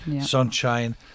sunshine